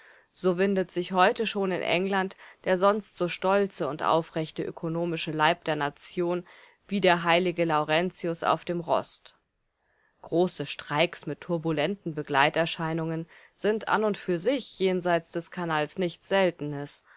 so windet sich heute schon in england der sonst so stolze und aufrechte ökonomische leib der nation wie der heilige laurentius auf dem rost große streiks mit turbulenten begleiterscheinungen sind an und für sich jenseits des kanals nichts seltenes